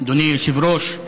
אדוני היושב-ראש,